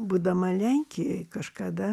būdama lenkijoj kažkada